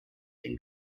den